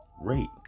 rate